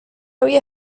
había